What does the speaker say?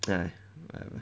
!hais!